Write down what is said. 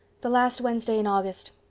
the last wednesday in august.